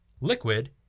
liquid